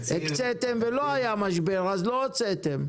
הקצתם ולא היה משבר אז לא הוצאתם?